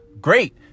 great